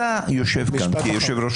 אתה יושב כאן כיושב ראש